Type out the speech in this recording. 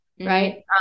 right